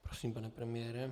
Prosím, pane premiére.